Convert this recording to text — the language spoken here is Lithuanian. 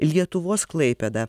lietuvos klaipėdą